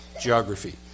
geography